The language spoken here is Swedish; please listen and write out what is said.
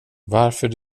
varför